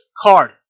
card